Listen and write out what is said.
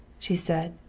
she said,